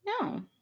No